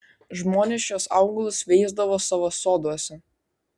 žmonės šiuos augalus veisdavo savo soduose